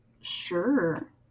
Sure